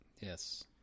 Yes